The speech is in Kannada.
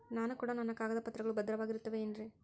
ನಾನು ಕೊಡೋ ನನ್ನ ಕಾಗದ ಪತ್ರಗಳು ಭದ್ರವಾಗಿರುತ್ತವೆ ಏನ್ರಿ?